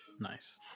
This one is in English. Nice